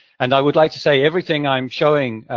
and i would like to say everything i'm showing,